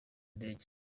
ndege